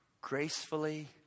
gracefully